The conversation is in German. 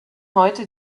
heute